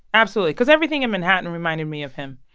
absolutely because everything in manhattan reminded me of him.